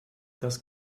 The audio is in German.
das